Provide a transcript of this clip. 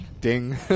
Ding